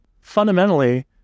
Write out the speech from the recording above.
Fundamentally